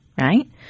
right